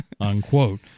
unquote